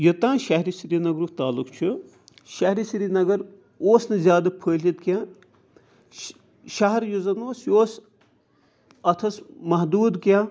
یوٚتام شہری سرینگرُک تعلق چھُ شہرِ سرینگر اوس نہٕ زیادٕ پھٔہلِتھ کینٛہہ شہر یُس زَن اوس یہِ اوس اَتھ ٲس محدوٗد کینٛہہ